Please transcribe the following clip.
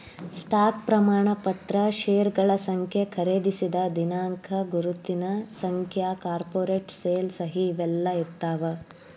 stock ಪ್ರಮಾಣ ಪತ್ರ ಷೇರಗಳ ಸಂಖ್ಯೆ ಖರೇದಿಸಿದ ದಿನಾಂಕ ಗುರುತಿನ ಸಂಖ್ಯೆ ಕಾರ್ಪೊರೇಟ್ ಸೇಲ್ ಸಹಿ ಇವೆಲ್ಲಾ ಇರ್ತಾವ